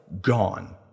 gone